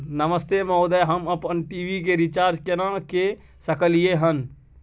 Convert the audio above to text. नमस्ते महोदय, हम अपन टी.वी के रिचार्ज केना के सकलियै हन?